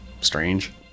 strange